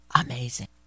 amazing